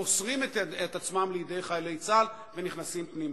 מוסרים את ידם לידי חיילי צה"ל ונכנסים פנימה.